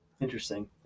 Interesting